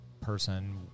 person